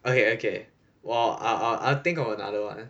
okay okay 我 I'll I'll think of another one